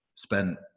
Spent